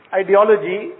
ideology